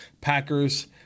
Packers